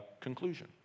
conclusion